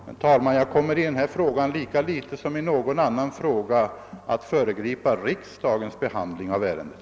Herr talman! Jag kommer lika litet i derna som i någon annan fråga att föregripa riksdagens ärendet.